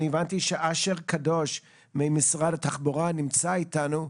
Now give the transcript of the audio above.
הבנתי שאשר קדוש ממשרד התחבורה נמצא איתנו.